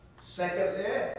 Secondly